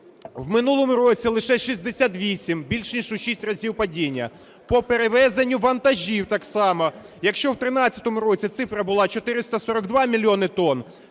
в минулому році – лише 68, більше ніж у 6 разів падіння. По перевезенню вантажів так само: якщо в 13-му році цифра була 442 мільйони тон,